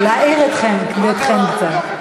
זה כדי להעיר אתכם ואתכן קצת.